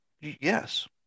Yes